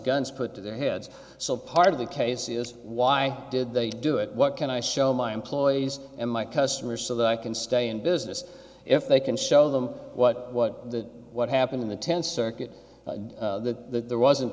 guns put to their heads so part of the case is why did they do it what can i show my employees and my customers so that i can stay in business if they can show them what what the what happened in the tenth circuit that there wasn't